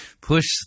Push